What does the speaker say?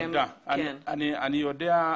סגן השר לביטחון פנים גדי יברקן: אני מודע.